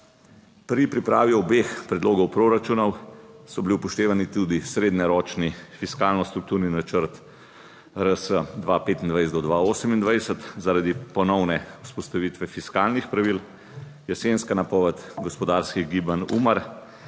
Pri pripravi obeh predlogov proračunov so bili upoštevani tudi srednjeročni fiskalno strukturni načrt RS 2025 do 2028 zaradi ponovne vzpostavitve fiskalnih pravil, jesenska napoved gospodarskih gibanj UMAR,